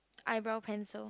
eyebrow pencil